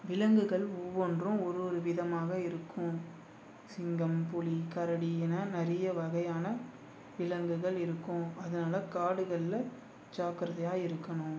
விலங்குகள் ஒவ்வொன்றும் ஒரு ஒரு விதமாக இருக்கும் சிங்கம் புலி கரடி என நிறைய வகையான விலங்குகள் இருக்கும் அதனால் காடுகள்ல ஜாக்கரதையாக இருக்கணும்